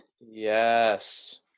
Yes